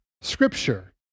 Scripture